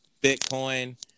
Bitcoin